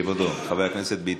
כבודו, חבר הכנסת ביטון.